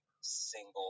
single